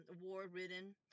war-ridden